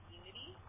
unity